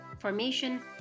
formation